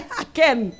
again